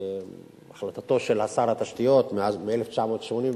החלטתו של שר התשתיות מ-1988,